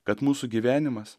kad mūsų gyvenimas